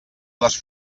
les